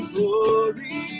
Glory